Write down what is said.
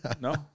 No